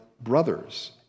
brothers